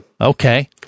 Okay